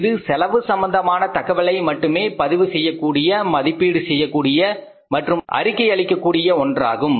இது செலவு சம்பந்தமான தகவல்களை மட்டுமே பதிவு செய்யக்கூடிய மதிப்பீடு செய்யக்கூடிய மற்றும் அறிக்கை அளிக்கக்கூடிய ஒன்றாகும்